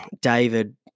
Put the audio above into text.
David